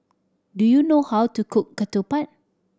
do you know how to cook ketupat